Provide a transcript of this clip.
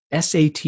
SAT